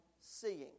seeing